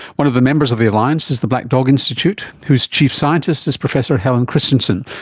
one of the members of the alliance is the black dog institute, whose chief scientist is professor helen christensen.